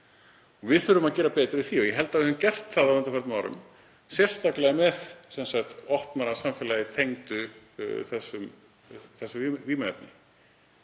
Við þurfum að gera betur í því og ég held að við höfum gert það á undanförnum árum, sérstaklega með opnara samfélagi tengdu þessu vímuefni,